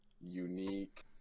unique